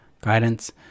guidance